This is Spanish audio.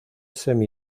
semi